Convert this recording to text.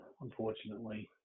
unfortunately